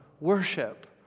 worship